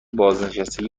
بازنشستگی